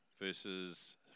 verses